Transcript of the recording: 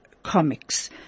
Comics